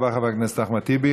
תודה רבה, חבר הכנסת אחמד טיבי.